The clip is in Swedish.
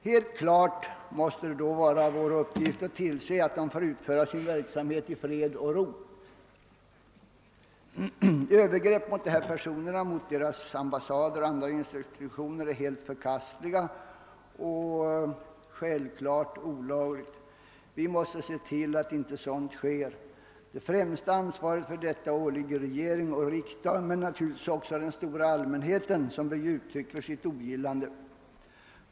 Helt naturligt måste det då vara vår uppgift att tillse att dessa länders representanter får utföra sin verksamhet i fred och ro. Övergrepp mot sådana personer, deras ambassader och andra institutioner är helt förkastliga och självklart olagliga. Vi måste förhindra att sådana övergrepp görs. Ansvaret härför åligger regering och riksdag men också den stora allmänheten, som bör ge uttryck för sitt ogillande.